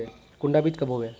कुंडा बीज कब होबे?